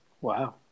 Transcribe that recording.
Wow